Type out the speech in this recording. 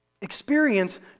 Experience